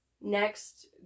next